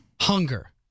Hunger